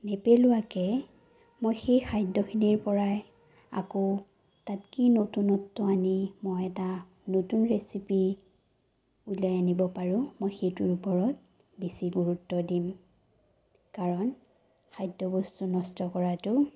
নেপেলোৱাকে মই সেই খাদ্যখিনিৰ পৰাই আকৌ তাত কি নতুনত্ব আনি মই এটা নতুন ৰেচিপি উলিয়াই আনিব পাৰোঁ মই সেইটোৰ ওপৰত বেছি গুৰুত্ব দিম কাৰণ খাদ্য বস্তু নষ্ট কৰাতো